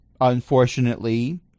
Unfortunately